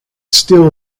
still